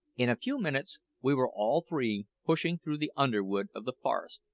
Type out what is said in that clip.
in a few minutes we were all three pushing through the underwood of the forest,